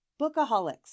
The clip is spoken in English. Bookaholics